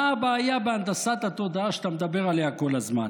מה הבעיה בהנדסת התודעה שאתה מדבר עליה כל הזמן?